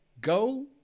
Go